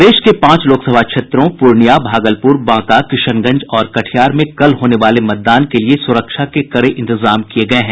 प्रदेश के पांच लोकसभा क्षेत्रों पूर्णिया भागलपुर बांका किशनगंज और कटिहार में कल होने वाले मतदान के लिये सुरक्षा के कड़े इंतजाम किये गये हैं